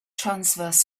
transverse